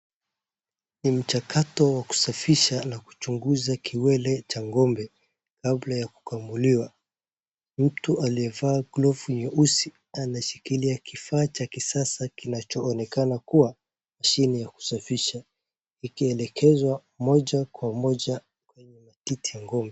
Ni mchakato wa kusafisha na kuchunguza kiwele cha ng'ombe kabla ya kukamuliwa, mtu aliye vaa glovu nyeusi anashikilia kifaa cha kisasa kinachoonekana kuwa chini ya usafisha ikielekezwa moja kwa moja kwenye matiti ya ng'ombe.